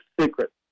secret